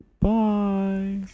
Bye